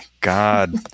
God